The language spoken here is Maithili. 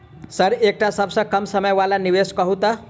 सर एकटा सबसँ कम समय वला निवेश कहु तऽ?